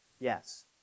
Yes